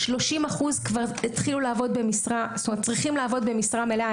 30% צריכים לעבוד במשרה מלאה,